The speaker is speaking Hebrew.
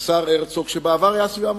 השר הרצוג, שבעבר היה סביבה מחלוקת.